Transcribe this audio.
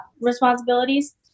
responsibilities